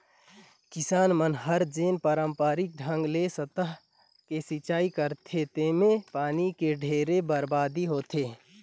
किसान मन हर जेन पांरपरिक ढंग ले सतह ले सिचई करथे तेम्हे पानी के ढेरे बरबादी होथे